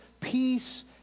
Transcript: peace